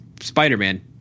Spider-Man